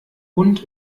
und